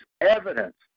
evidence